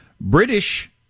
British